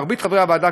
מרבית חברי הוועדה,